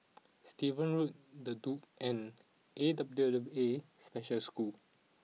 Stevens Road the Duke and A W W A Special School